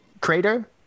crater